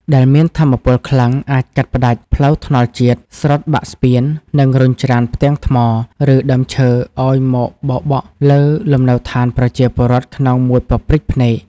ដែលមានថាមពលខ្លាំងអាចកាត់ផ្ដាច់ផ្លូវថ្នល់ជាតិ ស្រុតបាក់ស្ពាន និងរុញច្រានផ្ទាំងថ្ម ឬដើមឈើឱ្យមកបោកបក់លើលំនៅដ្ឋានប្រជាពលរដ្ឋក្នុងមួយប៉ព្រិចភ្នែក។